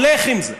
והולך עם זה.